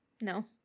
No